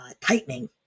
tightening